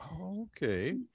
Okay